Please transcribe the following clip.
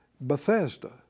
Bethesda